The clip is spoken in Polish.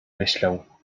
myślał